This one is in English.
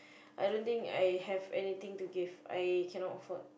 I don't think I have any thing to give I cannot afford